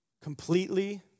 completely